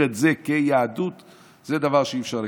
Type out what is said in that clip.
את זה כיהדות זה דבר שאי-אפשר לקבל.